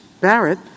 Barrett